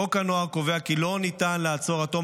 חוק הנוער קובע כי לא ניתן לעצור עד תום